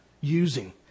using